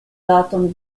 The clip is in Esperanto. daton